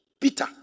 Peter